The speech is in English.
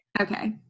Okay